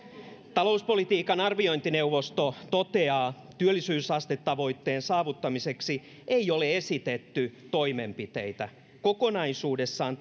talouspolitiikan arviointineuvosto toteaa työllisyysastetavoitteen saavuttamiseksi ei ole esitetty toimenpiteitä kokonaisuudessaan